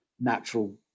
natural